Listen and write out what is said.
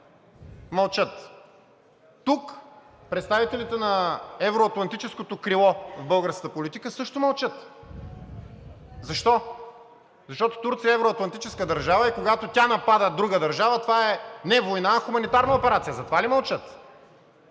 мълчат! Тук представителите на евроатлантическото крило в българската политика също мълчат. Защо? Защото Турция е евроатлантическа държава и когато тя напада друга държава, това не е война, а хуманитарна операция. Затова ли мълчат?